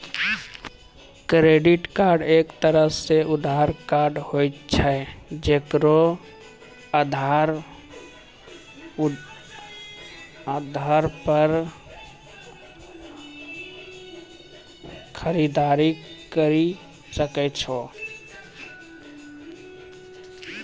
credit card एक तरह रो उधार कार्ड हुवै छै जेकरो आधार पर खरीददारी करि सकै छो